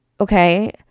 okay